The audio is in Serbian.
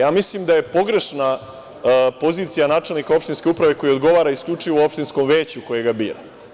Ja mislim da je pogrešna pozicija načelnika opštinske uprave koji odgovara isključivo opštinskom veću koji ga bira.